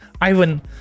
Ivan